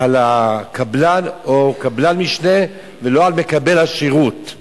על הקבלן או קבלן משנה, ולא על מקבל השירות.